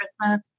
Christmas